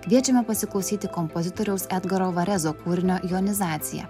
kviečiame pasiklausyti kompozitoriaus edgaro varezo kūrinio jonizacija